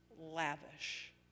lavish